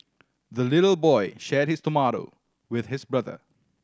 the little boy shared his tomato with his brother